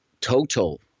total